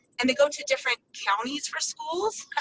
and they go to different counties for schools.